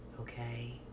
okay